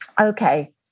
okay